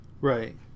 Right